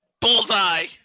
Bullseye